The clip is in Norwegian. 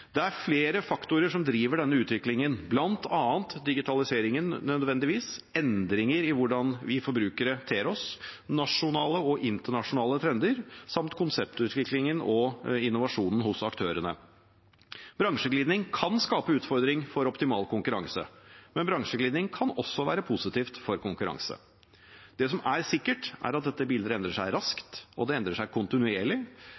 Det er flere faktorer som driver denne utviklingen, bl.a. digitaliseringen – nødvendigvis – endringer i hvordan vi forbrukere ter oss, nasjonale og internasjonale trender samt konseptutviklingen og innovasjonen hos aktørene. Bransjeglidning kan skape utfordringer for optimal konkurranse, men bransjeglidning kan også være positivt for konkurranse. Det som er sikkert, er at dette bildet endrer seg